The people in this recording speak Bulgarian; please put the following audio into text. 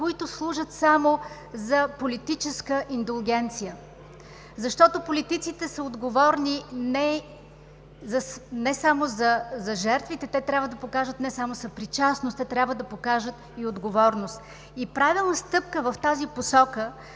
които служат само за политическа индулгенция. Политиците са отговорни не само за жертвите, те трябва да покажат не само съпричастност, те трябва да покажат и отговорност. Правилна стъпка в тази посока